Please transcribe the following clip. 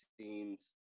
scenes